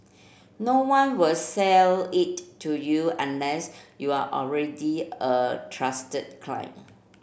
no one will sell it to you unless you're already a trusted client